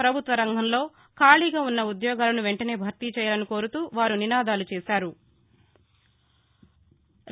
పభుత్వ రంగంలో ఖాళీగా ఉన్న ఉద్యోగాలను వెంటనే భర్తీచేయాలని కోరుతూ వారు నినాదాలు చేశారు